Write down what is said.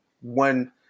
one